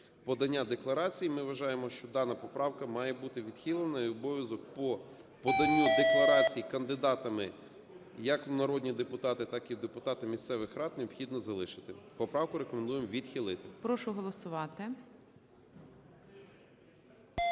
подання декларацій, ми вважаємо, що дана поправка має бути відхилена, і обов'язок по поданню декларацій кандидатами як в народні депутати, так і в депутати місцевих рад, необхідно залишити. Поправку рекомендуємо відхилити. ГОЛОВУЮЧИЙ. Прошу голосувати.